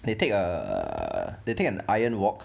they take uh they take an iron wok